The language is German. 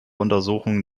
untersuchungen